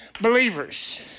believers